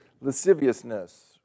lasciviousness